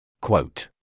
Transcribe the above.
Quote